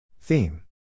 Theme